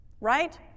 Right